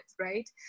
right